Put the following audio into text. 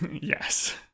Yes